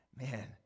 man